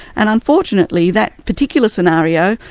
and unfortunately, that particular scenario,